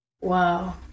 Wow